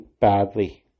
badly